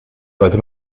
sollte